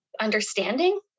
understanding